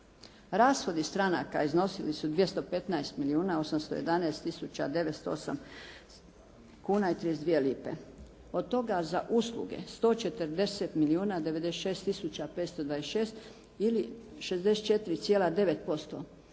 Rashodi stranaka iznosili su 215 milijuna 811 tisuća 908 kuna i 32 lipe. Od toga za usluge 140 milijuna 96 tisuća 526 ili 64,9%,